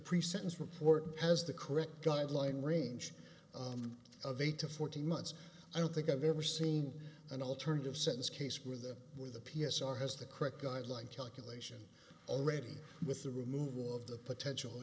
pre sentence report has the correct guideline range of eight to fourteen months i don't think i've ever seen an alternative sentence case where the where the p s r has the correct guideline calculation already with the removal of the potential